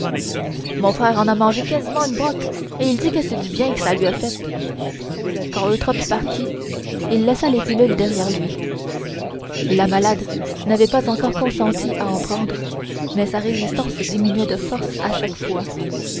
mon frère en a mangé quasiment une boîte et il dit que c'est du bien que ça lui a fait quand eutrope partit il laissa les pilules derrière lui la malade n'avait pas encore consenti à en prendre mais sa résistance diminuait de force à chaque fois